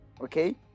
okay